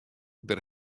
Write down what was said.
der